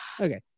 Okay